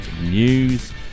news